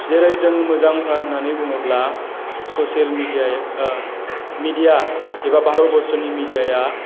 जेरै जों मोजां पार्ट होननानै बुङोब्ला ससेल मिडिया मिडिया एबा भारतबर्सनि मिडियाया